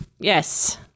Yes